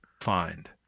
find